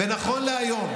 ונכון להיום,